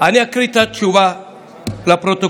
אני אקריא את התשובה לפרוטוקול,